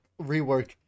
rework